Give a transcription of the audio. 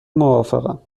موافقم